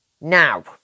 Now